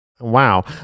Wow